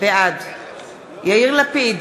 בעד יאיר לפיד,